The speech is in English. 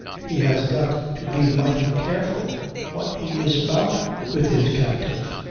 he has got to be mighty careful what he is about with his captive.